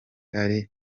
ari